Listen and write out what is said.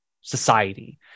society